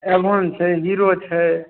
Avon छै hero छै